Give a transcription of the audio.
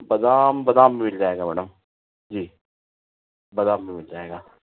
बदाम बदाम भी मिल जाएगा मैडम जी बदाम भी मिल जाएगा